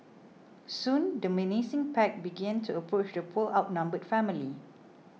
soon the menacing pack began to approach the poor outnumbered family